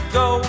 go